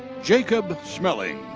jacob schmelling.